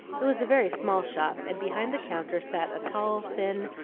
it was a very small shop, and behind the counter sat a tall, thin,